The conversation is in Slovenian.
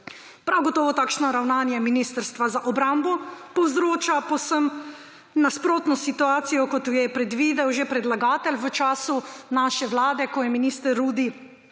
Prav gotovo takšno ravnanje Ministrstva za obrambo povzroča povsem nasprotno situacijo, kot jo je predvidel že predlagatelj v času naše vlade, kot sta minister Rudi